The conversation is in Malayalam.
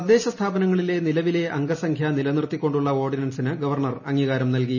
തദ്ദേശ സ്ഥാപനങ്ങളിലെ നിലവിലെ അംഗസംഖ്യ നിലനിർത്തി കൊണ്ടുള്ള ഓർഡിനൻസിന് ഗവർണർ അംഗീകാരം നൽകി